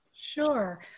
Sure